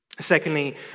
secondly